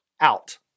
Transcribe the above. out